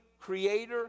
creator